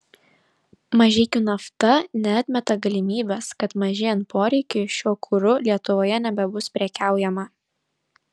mažeikių nafta neatmeta galimybės kad mažėjant poreikiui šiuo kuru lietuvoje nebebus prekiaujama